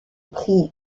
prix